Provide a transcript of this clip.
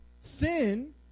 Sin